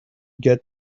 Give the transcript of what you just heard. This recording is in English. get